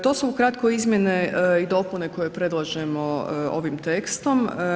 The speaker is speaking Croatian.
To su ukratko izmjene i dopune koje predlažemo ovim tekstom.